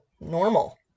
normal